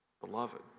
Beloved